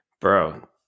Bro